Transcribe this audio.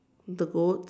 the goats